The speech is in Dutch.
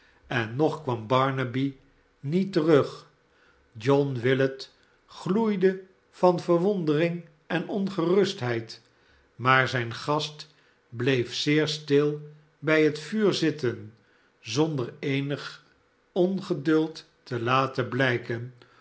en nog kwam barnaby niet terug john willet gloeide van verwondermg en ongerustheid maar ziin gast bleef zeer stil bij het vuur zitten zonder eenig ongeduld te laten blijken